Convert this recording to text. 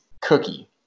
cookie